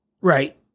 Right